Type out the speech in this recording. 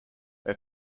her